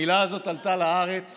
המילה הזאת עלתה לארץ